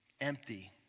Empty